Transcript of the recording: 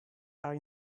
are